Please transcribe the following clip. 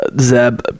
Zeb